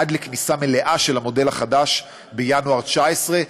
עד לכניסה מלאה של המודל החדש בינואר 2019,